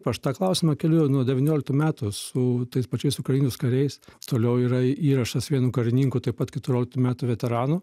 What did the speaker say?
aš tą klausimą keliu nuo devynioliktų metų su tais pačiais ukrainos kariais toliau yra įrašas vienų karininkų taip pat keturioliktų metų veteranų